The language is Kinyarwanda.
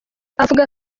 avuga